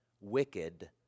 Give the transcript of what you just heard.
wicked